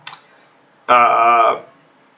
uh